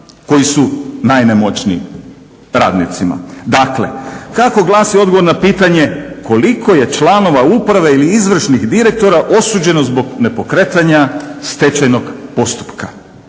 koji su najnemoćniji – radnicima. Dakle, kako glasi odgovor na pitanje koliko je članova uprave ili izvršnih direktora osuđeno zbog nepokretanja stečajnog postupka.